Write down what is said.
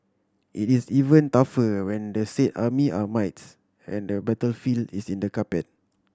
it is even tougher when the said army are mites and the battlefield is in the carpet